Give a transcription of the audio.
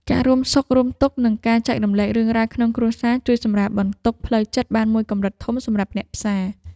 ការរួមសុខរួមទុក្ខ និងការចែករំលែករឿងរ៉ាវក្នុងគ្រួសារជួយសម្រាលបន្ទុកផ្លូវចិត្តបានមួយកម្រិតធំសម្រាប់អ្នកផ្សារ។